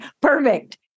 Perfect